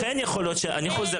יכול להיות שצריך